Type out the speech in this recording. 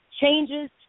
changes